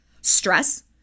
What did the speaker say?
Stress